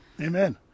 Amen